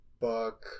Buck